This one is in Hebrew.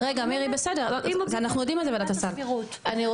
אם או בלי עילת הסבירות.